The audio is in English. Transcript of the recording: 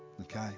Okay